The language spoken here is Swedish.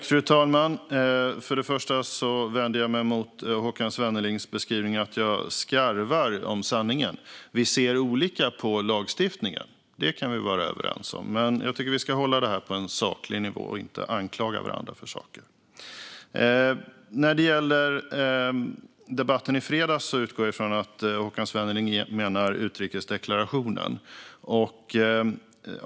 Fru talman! Först och främst vänder jag mig mot Håkan Svennelings beskrivning att jag skarvar om sanningen. Vi ser olika på lagstiftningen. Det kan vi vara överens om. Men jag tycker att vi ska hålla det på en saklig nivå och inte anklaga varandra för saker. När det gäller debatten i fredags utgår jag från att Håkan Svenneling menar utrikesdeklarationen.